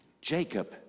Jacob